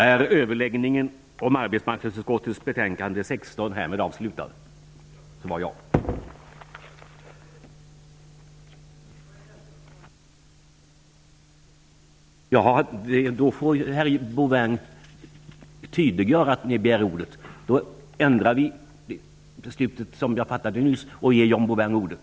Om herr Bouvin vill ha replik får han tydliggöra att han begär ordet.